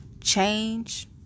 Change